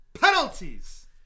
Penalties